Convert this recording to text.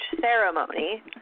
ceremony